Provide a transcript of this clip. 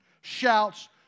shouts